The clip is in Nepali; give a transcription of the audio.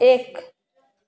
एक